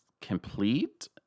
complete